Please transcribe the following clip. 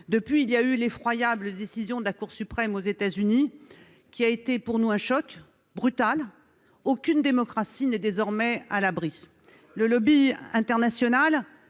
Depuis lors, il y a eu l'effroyable décision de la Cour suprême des États-Unis, qui a été pour nous un choc brutal. Aucune démocratie n'est désormais à l'abri : le lobby international